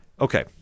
Okay